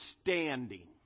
standing